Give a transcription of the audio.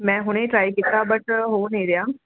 ਮੈਂ ਹੁਣੇ ਟਰਾਈ ਕੀਤਾ ਬਟ ਹੋ ਨਹੀਂ ਰਿਹਾ